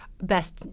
best